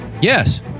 Yes